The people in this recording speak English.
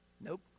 Nope